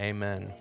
Amen